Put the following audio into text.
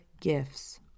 gifts